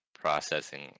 processing